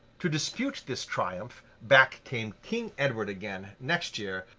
to dispute this triumph, back came king edward again, next year,